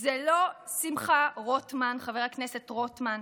זה לא שמחה רוטמן, חבר הכנסת רוטמן,